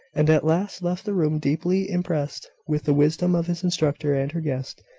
and at last left the room deeply impressed with the wisdom of his instructor and her guest.